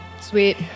Sweet